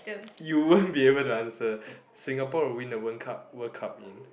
you won't be able to answer Singapore will win the World-Cup World-Cup in